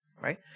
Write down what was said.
right